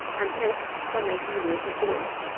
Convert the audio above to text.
and next by making the water boil.